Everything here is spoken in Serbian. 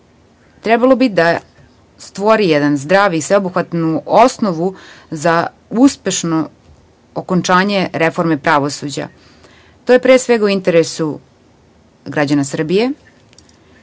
trebalo bi da stvori jednu zdravu i sveobuhvatnu osnovu za uspešno okončanje reforme pravosuđa. To je pre svega u interesu građana Srbije,